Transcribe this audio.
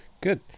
Good